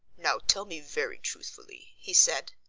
now tell me very truthfully, he said,